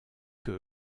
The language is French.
que